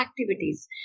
activities